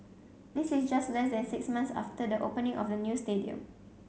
this is just less than six months after the opening of the new stadium